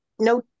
no